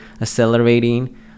accelerating